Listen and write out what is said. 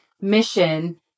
mission